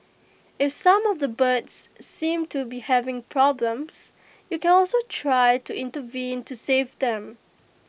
if some of the birds seem to be having problems you can also try to intervene to save them